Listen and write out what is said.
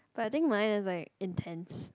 but I think mine is like intense